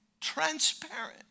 transparent